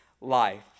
life